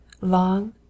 Long